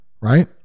right